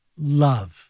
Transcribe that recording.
love